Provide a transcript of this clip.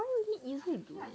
why you need